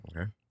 Okay